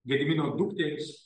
gedimino dukterys